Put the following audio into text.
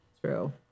True